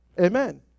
Amen